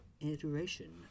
iteration